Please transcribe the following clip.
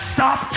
Stop